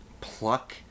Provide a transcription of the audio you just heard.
pluck